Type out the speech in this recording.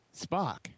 spock